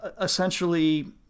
essentially